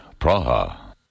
Praha